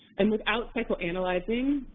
and without psychoanalyzing,